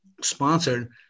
sponsored